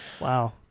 Wow